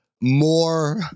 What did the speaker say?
More